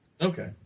Okay